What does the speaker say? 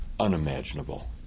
unimaginable